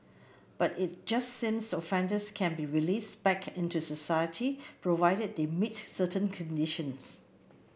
but it just sames offenders can be released back into society provided they meet certain conditions